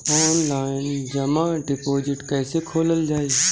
Online जमा deposit कैसे खोलल जाइ?